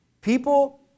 People